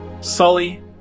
Sully